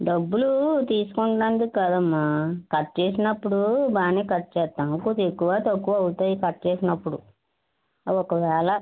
డబ్బులు తీసుకున్నందుకు కాదమ్మ కట్ చేసినప్పుడు బాగానే కట్ చేస్తాము కొంచెం ఎక్కువ తక్కువ అవుతాయి కట్ చేసినప్పుడు అవి ఒకవేళ